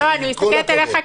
עם כל הכבוד.